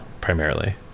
primarily